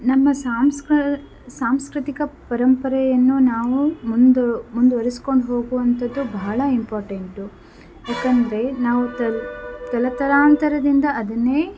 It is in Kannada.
ನಮ್ಮ ಸಾಂಸ್ಕ ಸಾಂಸ್ಕ್ರತಿಕ ಪರಂಪರೆಯನ್ನು ನಾವು ಮುಂದು ಮುಂದುವರೆಸಿಕೊಂಡು ಹೋಗುವಂಥದ್ದು ಬಹಳ ಇಂಪಾರ್ಟೆಂಟ್ ಯಾಕೆಂದರೆ ನಾವು ತಲೆ ತಲೆತಲಾಂತರದಿಂದ ಅದನ್ನೇ